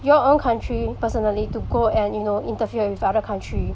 your own country personally to go and you know interfere with other country